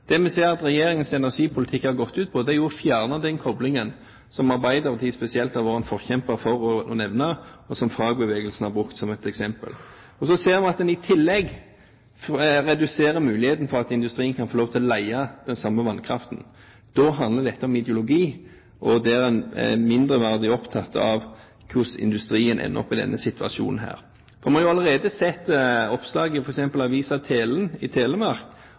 Det vi ser at regjeringens energipolitikk har gått ut på, er å fjerne den koblingen som Arbeiderpartiet spesielt har vært en forkjemper for å nevne, og som fagbevegelsen har brukt som et eksempel. Så ser vi at en i tillegg reduserer muligheten for at industrien kan få lov til å leie den samme vannkraften. Da handler dette om ideologi, og en er mindre opptatt av hvordan industrien ender opp i denne situasjonen. Vi har allerede sett oppslag i f.eks. avisen Telen i Telemark